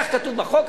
כך כתוב בחוק,